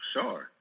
sure